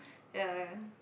ya ya